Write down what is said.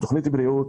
תכנית בריאות.